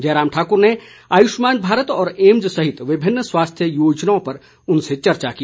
जयराम ठाकुर ने आयुष्मान भारत और एम्स सहित विभिन्न स्वास्थ्य योजनाओं पर उनसे चर्चा की